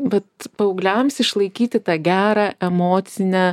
vat paaugliams išlaikyti tą gerą emocinę